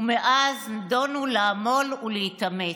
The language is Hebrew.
ומאז נידונו לעמול ולהתאמץ.